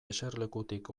eserlekutik